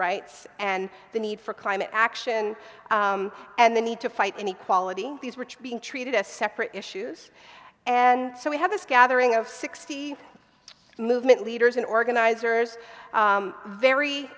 rights and the need for climate action and the need to fight any quality these which being treated as separate issues and so we have this gathering of sixty movement leaders and organizers very